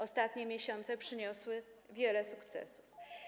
Ostatnie miesiące przyniosły wiele sukcesów.